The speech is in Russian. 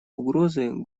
угрозы